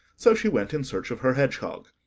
so she went in search of her hedgehog.